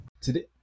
today